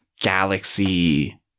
galaxy